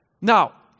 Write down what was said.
Now